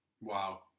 Wow